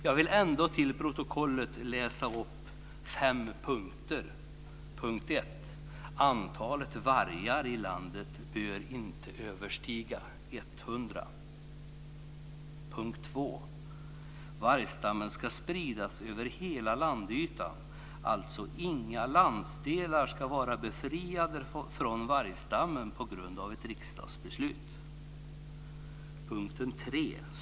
Jag vill till protokollet läsa upp fem punkter: 2. Vargstammen ska spridas över hela landytan. Inga landsdelar ska vara befriade från vargstammen på grund av ett riksdagsbeslut. 3.